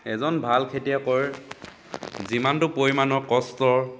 এজন ভাল খেতিয়কৰ যিমানটো পৰিমাণৰ কষ্টৰ